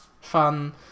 fun